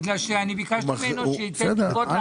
אם הבנתי נכון,